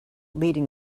leading